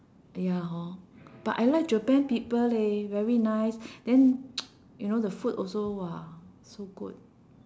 eh ya hor but I like japan people leh very nice then the food also !wah! so good